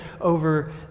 over